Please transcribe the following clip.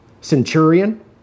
centurion